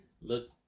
look